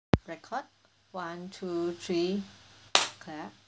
record one two three clap